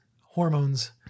hormones